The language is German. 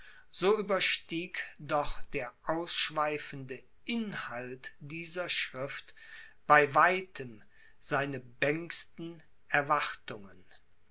so überstieg doch der ausschweifende inhalt dieser schrift bei weitem seine bängsten erwartungen